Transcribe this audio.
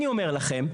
אני אומר לכם,